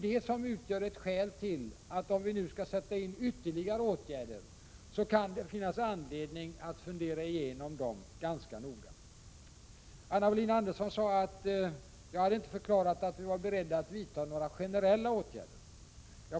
Det betyder att om vi nu skall sätta in ytterligare åtgärder kan vi ha anledning att ganska noga fundera över vilka insatser som skall göras. Anna Wohlin-Andersson sade att jag inte hade förklarat att vi var beredda att vidta några generella åtgärder.